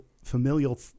Familial